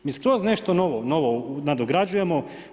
Mi skroz nešto novo, novo nadograđujemo.